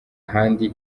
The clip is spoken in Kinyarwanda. ahandi